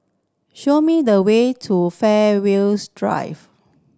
show me the way to Fairways Drive